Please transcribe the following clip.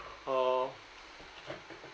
uh